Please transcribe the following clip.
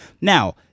Now